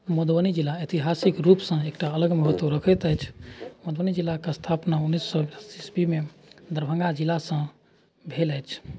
मधुबनी जिला ऐतिहासिक रूपसँ एकटा अलग महत्व रखैत अछि मधुबनी जिलाके स्थापना उनैस सओ एकासी ईसवीमे दरभङ्गा जिलासँ भेल अछि